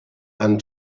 and